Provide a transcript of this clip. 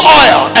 oil